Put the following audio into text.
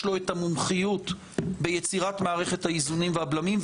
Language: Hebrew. לו את המומחיות ביצירת מערכת האיזונים והבלמים.